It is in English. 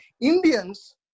Indians